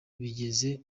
bigeze